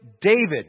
David